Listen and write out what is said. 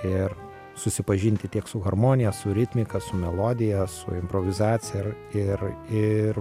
ir susipažinti tiek su harmonija su ritmika su melodija su improvizacija ir ir ir